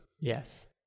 Yes